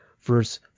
verse